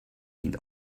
dient